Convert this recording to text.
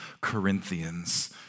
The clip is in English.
Corinthians